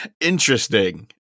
Interesting